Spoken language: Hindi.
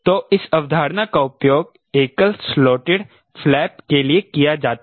तो इस अवधारणा का उपयोग एकल स्लॉटेड फ्लैप के लिए किया जाता है